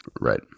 Right